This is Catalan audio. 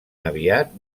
aviat